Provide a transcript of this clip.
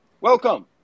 Welcome